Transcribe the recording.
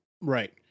Right